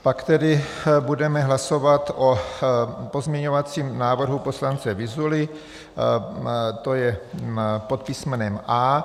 Pak tedy budeme hlasovat o pozměňovacím návrhu poslance Vyzuly, tj. pod písmenem A.